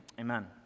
amen